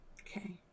Okay